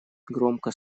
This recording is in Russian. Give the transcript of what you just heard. громко